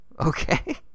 okay